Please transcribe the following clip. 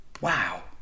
Wow